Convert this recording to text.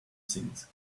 things